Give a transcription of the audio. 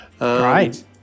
Right